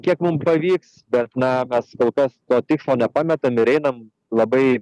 kiek mum pavyks bet na mes kol kas to tikslo nepametam ir einam labai